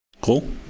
Cool